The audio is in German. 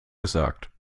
gesagt